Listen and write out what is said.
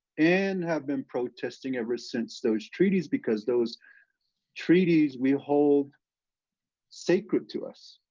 and have been protesting, ever since those treaties, because those treaties, we hold sacred to us.